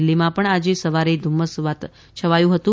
દિલ્ફીમાં પણ આજે સવારે ધુમ્મસ છવાયું હતું